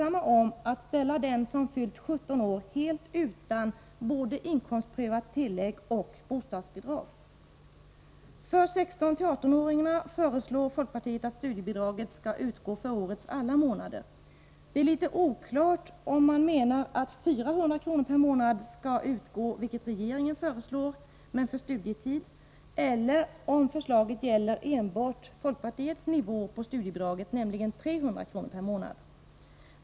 Moderaterna och folkpartiet är alltså ensamma om att ställa För 16-18-åringar föreslår folkpartiet att studiebidraget skall utgå för årets alla månader. Det är litet oklart om man menar att 400 kr. månad.